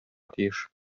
тиеш